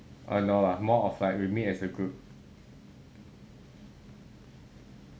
err no lah more of like we meet as a group